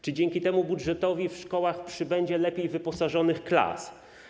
Czy dzięki temu budżetowi w szkołach przybędzie lepiej wyposażonych klas?